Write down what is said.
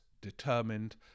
determined